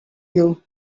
you